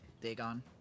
Dagon